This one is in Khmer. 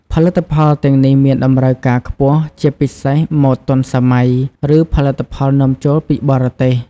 ផលិតផលទាំងនេះមានតម្រូវការខ្ពស់ ជាពិសេសម៉ូដទាន់សម័យ ឬផលិតផលនាំចូលពីបរទេស។